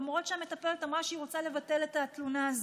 למרות שהמטפלת אמרה שהיא רוצה לבטל את התלונה הזו.